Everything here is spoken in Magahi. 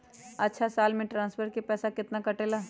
अछा साल मे ट्रांसफर के पैसा केतना कटेला?